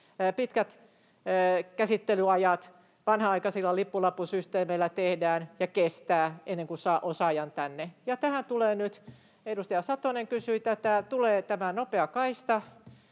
pitkät käsittelyajat, vanhanaikaisilla lippulappusysteemeillä tehdään ja kestää ennen kuin saa osaajan tänne. Ja tähän tulee nyt — edustaja Satonen kysyi tätä — tämä nopea kaista,